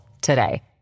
today